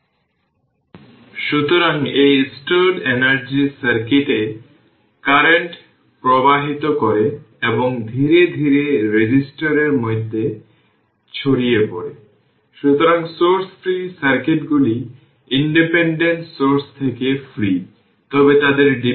যখন t τ তখন v হবে v0 e এর পাওয়ার ττ যেটি v0 e এর পাওয়ার 1 যা 0368 v0 হবে সেটি এখানে লেখা আছে